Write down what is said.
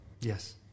Yes